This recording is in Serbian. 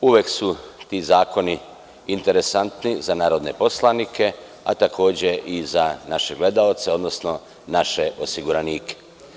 Uvek su ti zakoni interesantni za narodne poslanike, a takođe i za naše gledaoce, odnosno naše osiguranike.